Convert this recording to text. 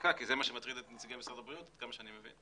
ההדבקה כי זה מה שמטריד את נציגי משרד הבריאות עד כמה שאני מבין.